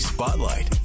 Spotlight